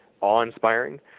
awe-inspiring